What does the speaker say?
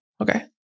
okay